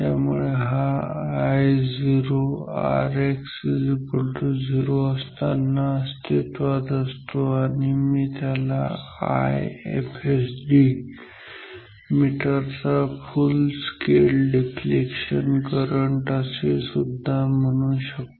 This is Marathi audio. त्यामुळे हा Io Rx0 असताना अस्तित्वात असतो आणि मी त्याला IFSD मीटरचा फुल स्केल डिफ्लेक्शन करंट असे सुद्धा म्हणू शकतो